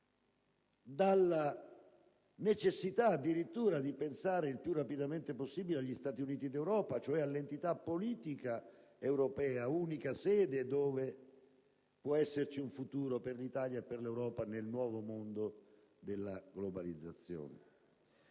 dalla necessità addirittura di pensare il più rapidamente possibile agli Stati Uniti d'Europa, cioè all'entità politica europea, unica sede dove può esserci un futuro per l'Italia e per l'Europa nel nuovo mondo della globalizzazione.